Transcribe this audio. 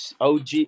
OG